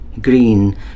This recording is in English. Green